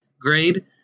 grade